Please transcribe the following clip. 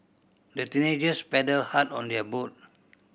the teenagers paddled hard on their boat